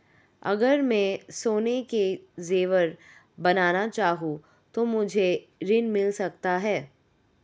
अगर मैं सोने के ज़ेवर बनाना चाहूं तो मुझे ऋण मिल सकता है?